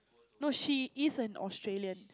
no she is an Australian